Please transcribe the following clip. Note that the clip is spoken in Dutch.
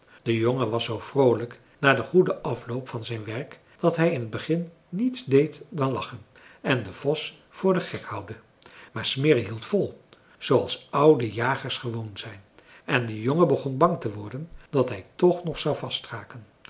de jongen was zoo vroolijk na den goeden afloop van zijn werk dat hij in t begin niets deed dan lachen en den vos voor den gek houden maar smirre hield vol zooals oude jagers gewoon zijn en de jongen begon bang te worden dat hij toch nog zou